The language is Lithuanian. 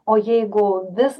o jeigu vis